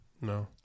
no